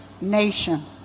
nation